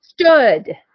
stood